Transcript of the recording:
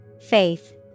Faith